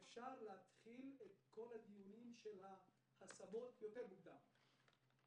אפשר להתחיל את כל דיוני ההשמות מוקדם יותר,